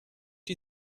die